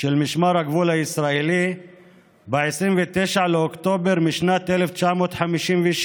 של משמר הגבול הישראלי ב-29 באוקטובר 1956,